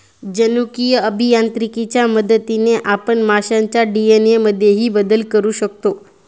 जनुकीय अभियांत्रिकीच्या मदतीने आपण माशांच्या डी.एन.ए मध्येही बदल करू शकतो